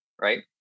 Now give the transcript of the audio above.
Right